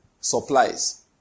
supplies